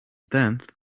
tenth